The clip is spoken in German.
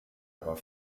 aber